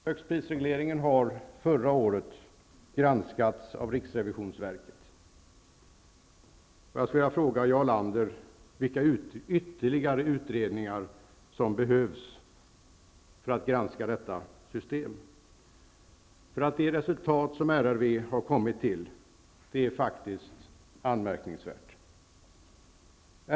Högstprisregleringen granskades förra året av riksrevisionsverket. Vilka ytterligare utredningar, Jarl Lander, behövs för att granska detta system? De resultat som RRV har kommit fram till är anmärkningsvärda.